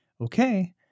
okay